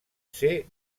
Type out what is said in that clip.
ser